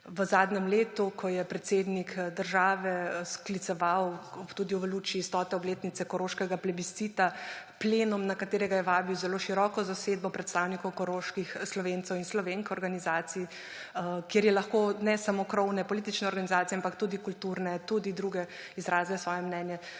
v zadnjem letu, ko je predsednik države skliceval tudi v luči 100. obletnice koroškega plebiscita plenum, na katerega je vabil zelo široko zasedbo predstavnikov koroških Slovencev in Slovenk, organizacij, kjer so lahko ne samo krovne politične organizacije, ampak tudi kulturne, tudi druge izrazile svoje mnenje.